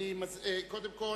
קודם כול,